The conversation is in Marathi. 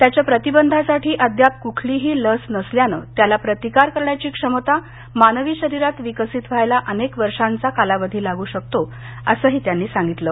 त्याच्या प्रतिबंधासाठी अद्याप क्रठलीही लस नसल्यानं त्याला प्रतिकार करण्याची क्षमता मानवी शरीरात विकसित व्हायला अनेक वर्षांचा कालावधी लागू शकतो असं त्यांनी म्हटलं आहे